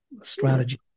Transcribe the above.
strategy